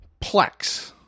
Plex